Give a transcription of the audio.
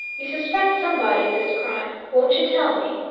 you suspect somebody of this crime. won't you tell me?